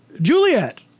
Juliet